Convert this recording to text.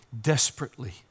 desperately